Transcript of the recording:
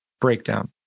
breakdown